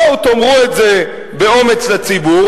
בואו תאמרו את זה באומץ לציבור,